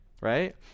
right